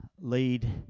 lead